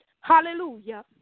Hallelujah